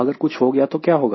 अगर कुछ हो गया तो क्या होगा